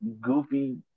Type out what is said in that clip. goofy